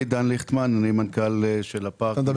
תודה רבה.